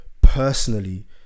personally